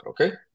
Okay